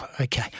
Okay